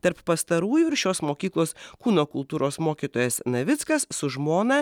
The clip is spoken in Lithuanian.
tarp pastarųjų ir šios mokyklos kūno kultūros mokytojas navickas su žmona